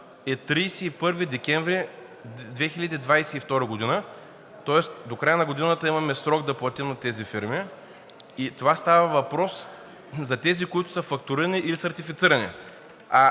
е 31 декември 2022 г., тоест до края на годината имаме срок да платим на тези фирми. Става въпрос за тези, които са фактурирани или сертифицирани,